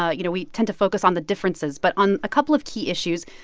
ah you know, we tend to focus on the differences. but on a couple of key issues,